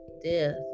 death